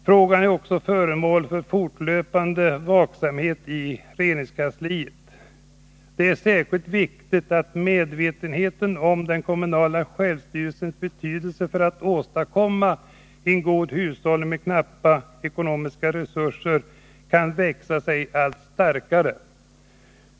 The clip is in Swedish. Frågan är också föremål för fortlöpande vaksamhet i regeringskansliet. Det är särskilt viktigt att medvetenheten om den kommunala självstyrelsens betydelse för att åstadkomma god hushållning med knappa ekonomiska resurser kan växa sig allt starkare.